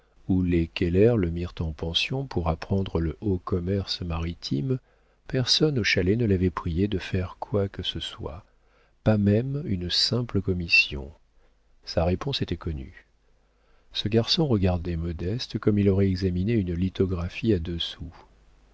où les keller le mirent en pension pour apprendre le haut commerce maritime personne au chalet ne l'avait prié de faire quoi que ce soit pas même une simple commission sa réponse était connue ce garçon regardait modeste comme il aurait examiné une lithographie à